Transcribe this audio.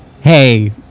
Hey